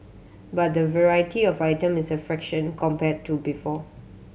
but the variety of items is a fraction compared to before